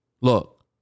Look